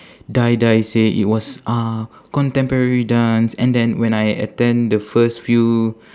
die die say it was uh contemporary dance and then when I attend the first few